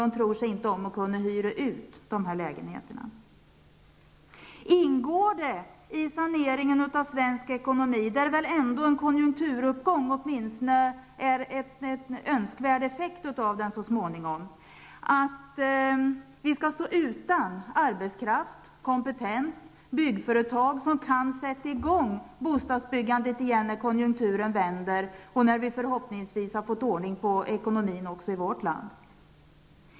De tror sig inte om att kunna hyra ut lägenheterna. Ingår det i saneringen av svensk ekonomi, där en konjunkturuppgång väl är en önskvärd effekt, att vi skall stå utan arbetskraft, kompetens och byggföretag som kan sätta i gång bostadsbyggandet igen när konjunkturen vänder och vi förhoppningsvis har fått ordning på ekonomin i vårt land?